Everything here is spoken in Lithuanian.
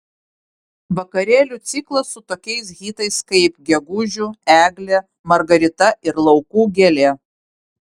vakarėlių ciklas su tokiais hitais kaip gegužiu eglė margarita ir laukų gėlė